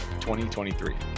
2023